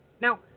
now